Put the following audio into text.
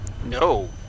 No